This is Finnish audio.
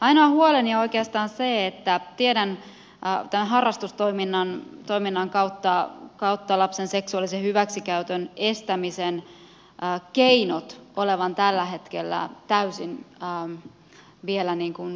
ainoa huoleni on oikeastaan se että tiedän tämän harrastustoiminnan kautta lapsen seksuaalisen hyväksikäytön estämisen keinojen olevan tällä hetkellä vielä täysin löytämättä